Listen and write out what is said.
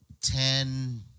ten